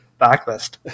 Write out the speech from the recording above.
backlist